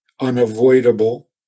unavoidable